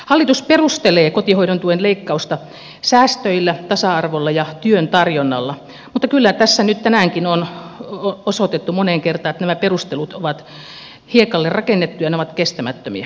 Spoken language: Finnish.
hallitus perustelee kotihoidon tuen leikkausta säästöillä tasa arvolla ja työn tarjonnalla mutta kyllä tässä nyt tänäänkin on osoitettu moneen kertaan että nämä perustelut ovat hiekalle rakennettuja ja ne ovat kestämättömiä